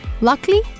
Luckily